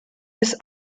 des